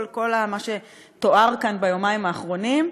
וכל מה שתואר כאן ביומיים האחרונים,